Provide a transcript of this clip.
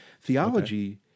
Theology